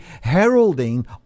heralding